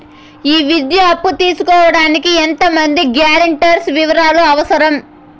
ఈ విద్యా అప్పు తీసుకోడానికి ఎంత మంది గ్యారంటర్స్ వివరాలు అవసరం?